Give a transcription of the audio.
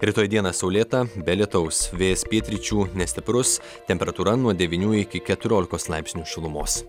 rytoj dieną saulėta be lietaus vėjas pietryčių nestiprus temperatūra nuo devynių iki keturiolikos laipsnių šilumos